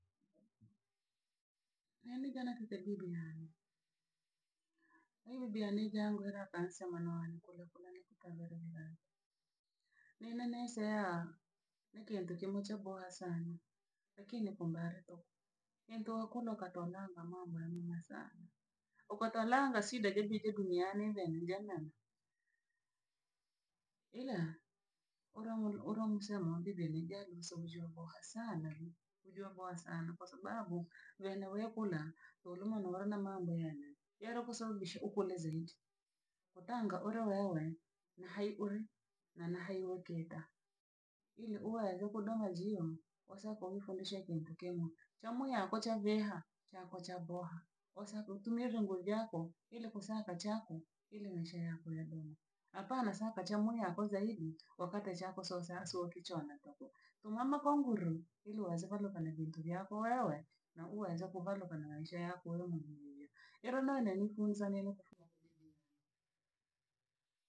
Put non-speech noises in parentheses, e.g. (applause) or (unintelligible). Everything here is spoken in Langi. Niini na natite bibi yane. Bibi yane ja angwira akaseya mwanawane kulakula ni kukaveronina. Nina ne seyaa, ni kiintu kinachoboa sana, lakini pumbare toku. Entokuno katona amha mwa nina sana. Okotolanga swi de debite duniani vee ja nana. Ila urom uromsemo bibi lijali msomujuo bhoa sana bi ujio bhoa sana kwasababu, veenye we kuna, worumo nolo na mambo yane, yare kusababisha ukule zaidi. Utanga uri waole, ni hai uri, na hai wo kiita. Iri uwaaze kudome njiio, woosako ujifundishe kiintu kimo, cha muyako chaveeha chako chaboha, uasaka utumile ryombho vyako iri kusaka chako ili maisha yako yadome. Hapana saaka cha mwii yako zaidi, wakati chako so sa so kichoona tuku. Tumama kwa nguru, ili uweze valuka na vintu vyako wewe, na uweze kuvaluka na maisha yako, (unintelligible) iro no nenye kiifunza kufuma kwa bibi yane.